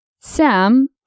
Sam